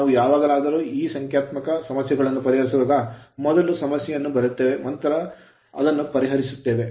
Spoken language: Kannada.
ನಾವು ಯಾವಾಗಲಾದರೂ ಈ ಸಂಖ್ಯಾತ್ಮಕ ಸಮಸ್ಯೆಗಳನ್ನು ಪರಿಹರಿಸುವಾಗ ನಾವು ಮೊದಲು ಸಮಸ್ಯೆಯನ್ನು ಬರೆಯುತ್ತೇವೆ ಮತ್ತು ನಂತರ ಅದನ್ನು ಪರಿಹರಿಸುತ್ತೇವೆ